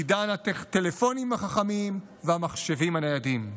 עידן הטלפונים החכמים והמחשבים הניידים.